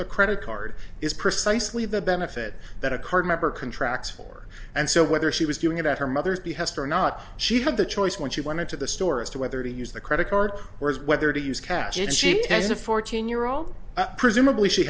the credit card is precisely the benefit that a card member contracts for and so whether she was doing it at her mother's behest or not she had the choice when she wanted to the store as to whether to use the credit card or whether to use cash if she has a fourteen year old presumably she